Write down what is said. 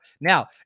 Now